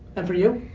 and for you?